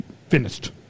finished